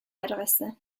adresse